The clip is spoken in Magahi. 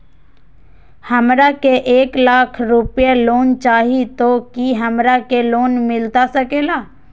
हमरा के एक लाख रुपए लोन चाही तो की हमरा के लोन मिलता सकेला?